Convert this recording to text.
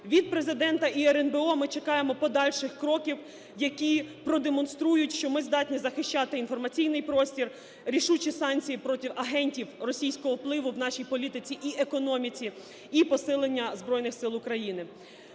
Від Президента і РНБО ми чекаємо подальших кроків, які продемонструють, що ми здатні захищати інформаційний простір, рішучі санкції проти агентів російського впливу в нашій політиці і економіці, і посилення Збройних Сил України.